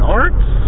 arts